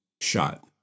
shot